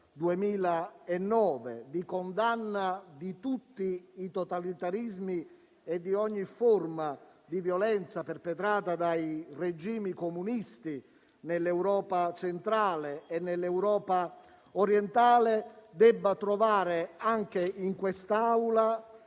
2009, di condanna di tutti i totalitarismi e di ogni forma di violenza perpetrata dai regimi comunisti nell'Europa centrale e orientale, debba trovare anche in quest'Aula